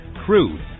crude